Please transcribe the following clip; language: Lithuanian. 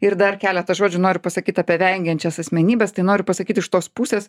ir dar keletą žodžių noriu pasakyt apie vengiančias asmenybes tai noriu pasakyt iš tos pusės